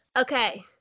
Okay